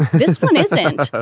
this one isn't.